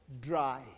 dry